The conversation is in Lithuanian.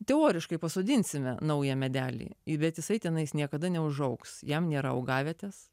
teoriškai pasodinsime naują medelį į bet jisai ten niekada neužaugs jam nėra augavietės